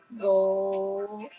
Go